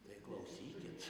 tai klausykit